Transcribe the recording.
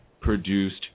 produced